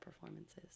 performances